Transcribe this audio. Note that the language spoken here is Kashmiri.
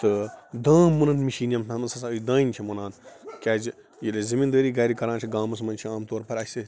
تہٕ دا مٕنن مِشین ساتہٕ أسۍ دانہِ چھِ مُنان کیٛازِ ییٚلہِ أسۍ زمیٖن دٲری گَرِ کِران چھِ گامس منٛزچھِ عام طور پر اَسہِ